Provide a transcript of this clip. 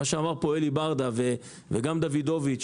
מה שאמרו פה אלי ברדה ומשה דוידוביץ,